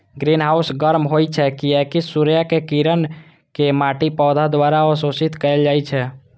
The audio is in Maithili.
ग्रीनहाउस गर्म होइ छै, कियैकि सूर्यक किरण कें माटि, पौधा द्वारा अवशोषित कैल जाइ छै